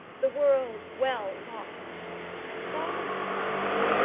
the world well lost while at times,